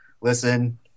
listen